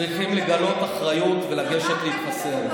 וכולם צריכים לגלות אחריות ולגשת להתחסן.